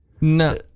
No